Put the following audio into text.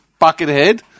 Buckethead